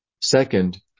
Second